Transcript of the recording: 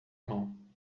mão